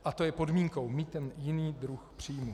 A to je podmínkou, mít ten jiný druh příjmu.